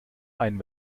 einen